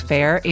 Fair